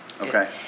Okay